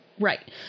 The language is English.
Right